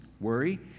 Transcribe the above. Worry